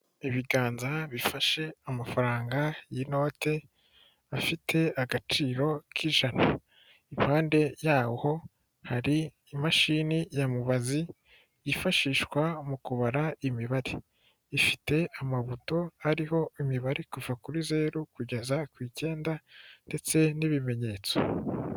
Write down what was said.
Ibiganza bifashe amafaranga y'inote afite agaciro k'ijana, impande yaho hari imashini ya mubazi yifashishwa mu kubara imibare, ifite amabuto ariho imibare kuva kuri zeru kugeza ku icyenda ndetse n'ibimenyetso.